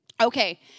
Okay